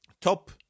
top